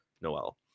noel